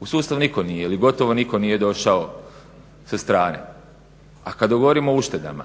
U sustav nitko nije ili gotovo nitko nije došao sa strane, a kada govorimo o uštedama